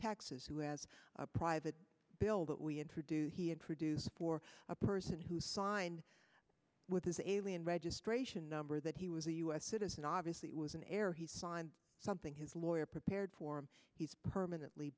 taxes who has a private bill that we introduced he introduced for a person who signed with his alien registration number that he was a u s citizen obviously it was an error he signed something his lawyer prepared for and he's permanently